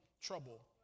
trouble